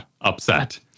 upset